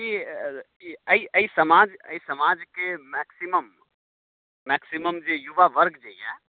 की एहि समाज समाजके मैक्सिमम मैक्सिमम जे युवा वर्ग जे यऽ